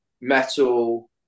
metal